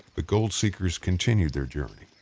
the gold seekers continued their journey,